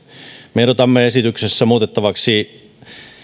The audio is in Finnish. me ehdotamme esityksessä muutettavaksi